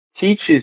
teaches